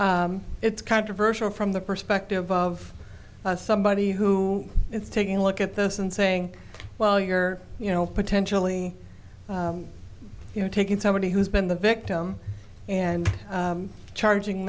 it's controversial from the perspective of somebody who is taking a look at this and saying well you're you know potentially you know taking somebody who's been the victim and charging